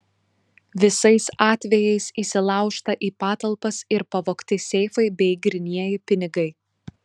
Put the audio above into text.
visais atvejais įsilaužta į patalpas ir pavogti seifai bei grynieji pinigai